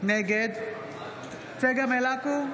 נגד צגה מלקו,